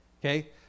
Okay